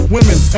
Women